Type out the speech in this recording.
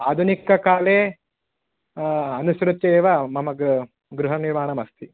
आधुनिककाले अनुसृत्य एव मम गृहनिर्माणम् अस्ति